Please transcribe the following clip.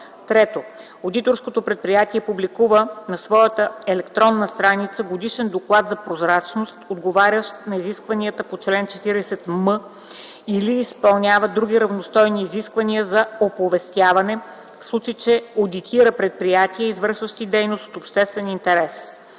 2; 3. одиторското предприятие публикува на своята електронна страница годишен доклад за прозрачност, отговарящ на изискванията по чл. 40м, или изпълнява други равностойни изисквания за оповестяване, в случай че одитира предприятия, извършващи дейност от обществен интерес.